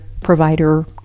provider